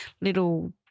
little